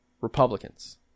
Republicans